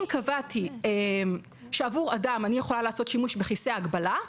אם קבעתי שעבור אדם אני יכולה לעשות שימוש בכיסא הגבלה,